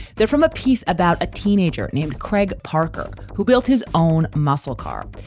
they're from a piece about a teenager named craig parker who built his own muscle car.